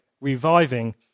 reviving